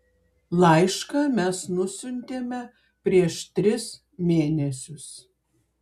laišką mes nusiuntėme prieš tris mėnesius